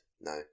no